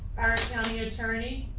our county attorney,